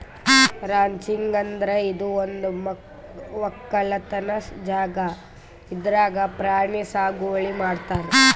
ranching ಅಂದ್ರ ಇದು ಒಂದ್ ವಕ್ಕಲತನ್ ಜಾಗಾ ಇದ್ರಾಗ್ ಪ್ರಾಣಿ ಸಾಗುವಳಿ ಮಾಡ್ತಾರ್